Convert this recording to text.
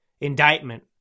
indictment